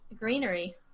greenery